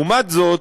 לעומת זאת,